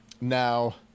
now